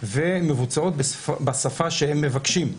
ומבוצעות בשפה שהם מבקשים,